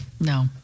no